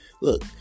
Look